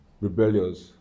rebellious